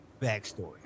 backstory